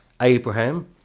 Abraham